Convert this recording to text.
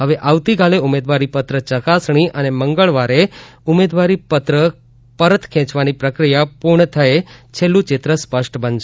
હવે આવતીકાલે ઉમેદવારી પત્ર ચકાસણી અને મંગળવારે ઉમેદબારી પત્ર પરત ખેંચાવવાની પ્રક્રિયા પૂર્ણ થયે છેલ્લ્રું ચિત્ર સ્પષ્ટ બનશે